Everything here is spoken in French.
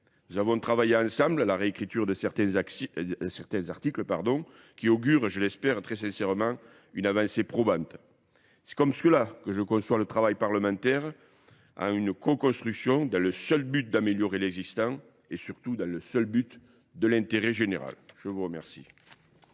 Nous avons travaillé ensemble à la réécriture de certains articles qui augurent, je l'espère, très sincèrement, une avancée prouvante. C'est comme cela que je conçois le travail parlementaire en une co-construction dans le seul but d'améliorer l'existent et surtout dans le seul but de l'intérêt général. Je vous remercie.